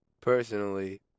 personally